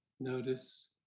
Notice